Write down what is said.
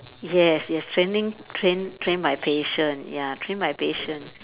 yes yes training train train my patience ya train my patience